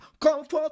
Comfort